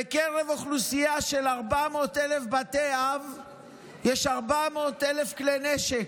בקרב אוכלוסייה של 400,000 בתי אב יש 400,000 כלי נשק.